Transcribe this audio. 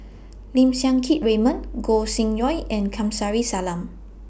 Lim Siang Keat Raymond Gog Sing Hooi and Kamsari Salam